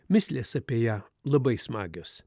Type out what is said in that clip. mįslės apie ją labai smagios